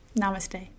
Namaste